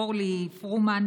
ואורלי פורמן,